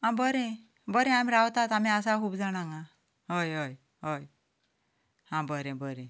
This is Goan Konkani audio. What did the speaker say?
आं बरें बरें आमीं रावतात आमीं आसात खूब जाण हांगा हय हय हय हां बरें बरें हां